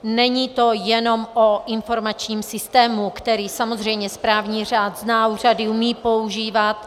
Není to jenom o informačním systému, který samozřejmě správní řád zná, úřady umějí používat.